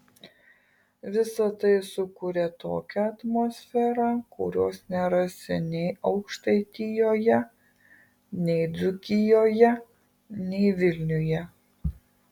visa tai sukuria tokią atmosferą kurios nerasi nei aukštaitijoje nei dzūkijoje nei vilniuje